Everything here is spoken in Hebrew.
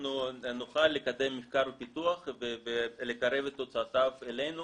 אנחנו נוכל לקדם מחקר ופיתוח ולקרב את תוצאותיו אלינו